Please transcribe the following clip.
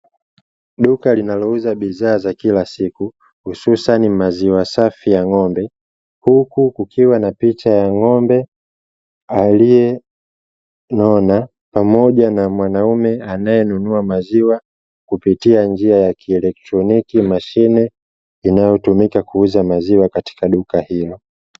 Duka linalouza bidhaa za kila siku hususani maziwa safi ya ng’ombe huku kukiwa na picha ya ng’ombe aliyenona pamoja na mwanaume anayenunua maziwa kupitia njia ya kielektroniki mashine inayotumika kuuza maziwa katika duka hilo.